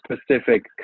specific